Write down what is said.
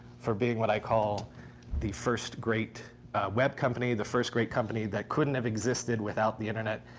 for being what i call the first great web company, the first great company that couldn't have existed without the internet.